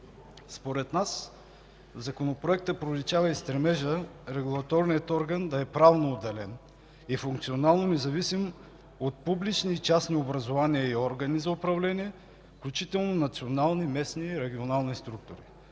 Според нас в Законопроекта проличава и стремежът регулаторният орган да е правно отделен и функционално независим от публични и частни образувания и органи за управление, включително национални, местни и регионални структури.